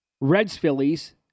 Reds-Phillies